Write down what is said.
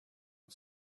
and